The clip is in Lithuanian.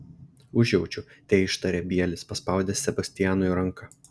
užjaučiu teištarė bielis paspaudęs sebastianui ranką